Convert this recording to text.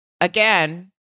again